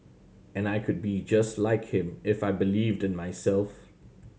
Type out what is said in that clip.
and I could be just like him if I believed in myself